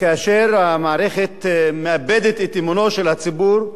כאשר המערכת מאבדת את אמון הציבור,